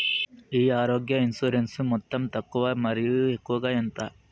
ఈ ఆరోగ్య ఇన్సూరెన్సు మొత్తం తక్కువ మరియు ఎక్కువగా ఎంత?